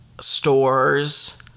stores